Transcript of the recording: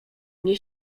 mnie